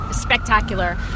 spectacular